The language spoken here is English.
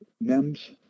MEMS